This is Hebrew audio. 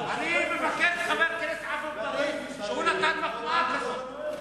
אני מבקש מחבר הכנסת עפו להגיד שהוא נתן מחמאה כזאת.